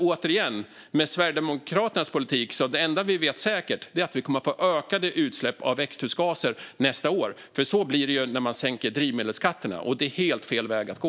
Återigen: Med Sverigedemokraternas politik är det enda vi vet säkert att vi kommer att få ökade utsläpp av växthusgaser nästa år, för så blir det när man sänker drivmedelsskatterna. Det är helt fel väg att gå.